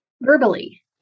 verbally